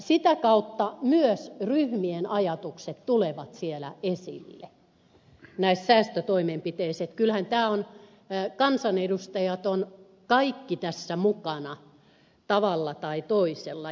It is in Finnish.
sitä kautta myös ryhmien ajatukset tulevat siellä esille säästötoimenpiteissä niin että kyllähän kansanedustajat ovat kaikki tässä mukana tavalla tai toisella